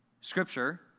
Scripture